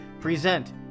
present